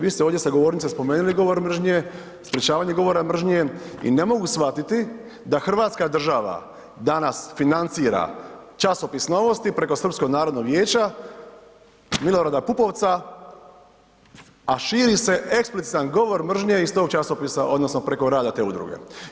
Vi ste ovdje sa govornice spomenuli govor mržnje, sprečavanje govora mržnje i ne mogu shvatiti da hrvatska država danas financira časopis Novosti preko Srpskog narodnog vijeća Milorada Pupovca, a širi se eksplicitan govor mržnje iz tog časopisa odnosno preko rada te udruge.